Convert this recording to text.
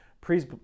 please